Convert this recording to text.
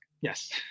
Yes